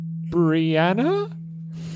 Brianna